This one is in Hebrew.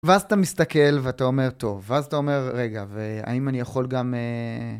ואז אתה מסתכל ואתה אומר, טוב, ואז אתה אומר, רגע, והאם אני יכול גם...